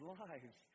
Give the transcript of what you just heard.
lives